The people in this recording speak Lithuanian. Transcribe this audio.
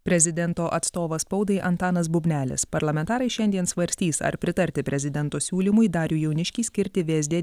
prezidento atstovas spaudai antanas bubnelis parlamentarai šiandien svarstys ar pritarti prezidento siūlymui darių jauniškį skirti vsd